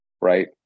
right